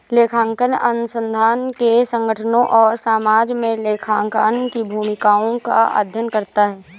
लेखांकन अनुसंधान ने संगठनों और समाज में लेखांकन की भूमिकाओं का अध्ययन करता है